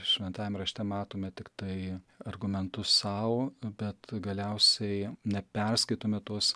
šventajam rašte matome tiktai argumentus sau bet galiausiai neperskaitome tos